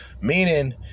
Meaning